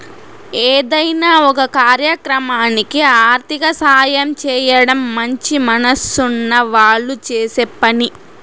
ఏదైనా ఒక కార్యక్రమానికి ఆర్థిక సాయం చేయడం మంచి మనసున్న వాళ్ళు చేసే పని